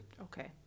Okay